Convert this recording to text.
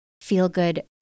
feel-good